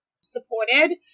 supported